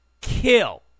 kill